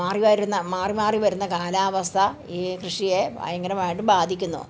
മാറി വരുന്ന മാറി മാറി വരുന്ന കാലാവസ്ഥ ഈ കൃഷിയെ ഭയങ്കരമായിട്ടും ബാധിക്കുന്നു